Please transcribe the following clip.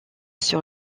sur